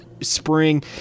spring